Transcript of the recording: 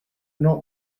not